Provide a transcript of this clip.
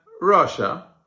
Russia